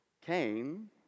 Cain